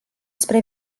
spre